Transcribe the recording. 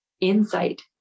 insight